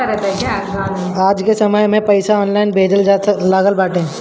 आजके समय में पईसा ऑनलाइन भेजल जाए लागल बाटे